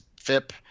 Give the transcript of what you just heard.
FIP